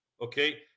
okay